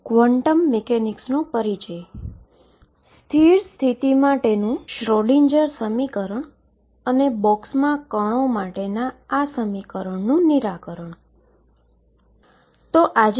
અગાઉનાં વ્યાખ્યાનમાં આપણે material wave માટે વેવનું સમીકરણ રજૂ કર્યું હતુ અને આ શ્રોડિંજર સમીકરણ 22m છે